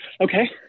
okay